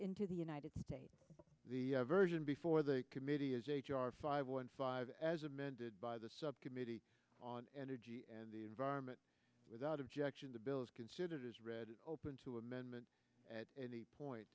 into the united states the version before the committee is a five one five as amended by the subcommittee on energy and the environment without objection the bill is considered as read open to amendment at any point